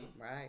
Right